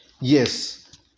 Yes